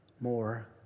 more